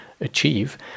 achieve